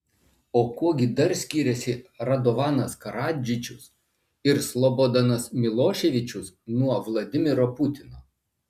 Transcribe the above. o kuo gi dar skiriasi radovanas karadžičius ir slobodanas miloševičius nuo vladimiro putino